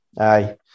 aye